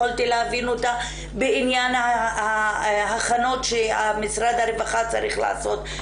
יכולתי להבין אותה בעניין ההכנות שמשרד הרווחה צריך לעשות,